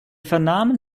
vernahmen